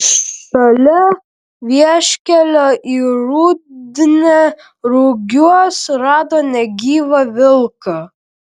šalia vieškelio į rudnią rugiuos rado negyvą vilką